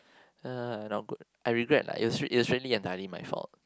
uh not good I regret lah it was it was really entirely my fault